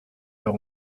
leur